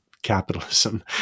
Capitalism